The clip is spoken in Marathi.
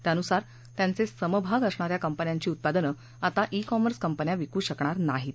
त्यानुसार त्यांचे समभाग असणाऱ्या कंपन्यांची उत्पादनं आता ई कॉमर्स कंपन्या विकू शकणार नाहीत